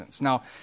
Now